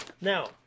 Now